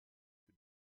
für